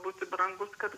būti brangus kad